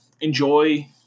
enjoy